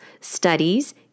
studies